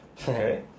Okay